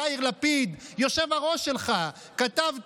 יאיר לפיד, היושב-ראש שלך, כתב טור,